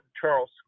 Charles